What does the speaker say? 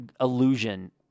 illusion